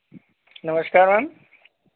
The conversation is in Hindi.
नमस्कार मैम